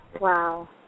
Wow